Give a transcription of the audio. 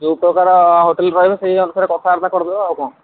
ଯେଉଁ ପ୍ରକାର ହୋଟେଲ୍ କହିବେ ସେଇ ଅନୁସାରେ କଥାବାର୍ତ୍ତା କରିଦେବା ଆଉ କ'ଣ